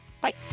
Bye